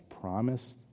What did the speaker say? promised